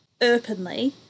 openly